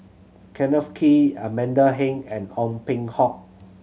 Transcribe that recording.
Kenneth Kee Amanda Heng and Ong Peng Hock